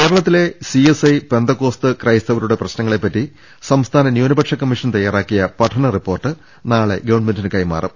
കേരളത്തിലെ CSI Pentecost ക്രൈസ്തവരുടെ പ്രശ്നങ്ങളെ പറ്റി സംസ്ഥാന ന്യൂനപക്ഷുകമ്മീഷൻ തയാറാക്കിയ പഠന റിപ്പോർട്ട് നാളെ ഗവൺമെൻ്റിന് ്കൈമാറും